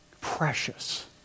precious